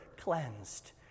cleansed